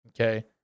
okay